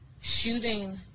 shooting